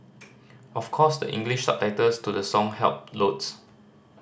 of course the English subtitles to the song helped loads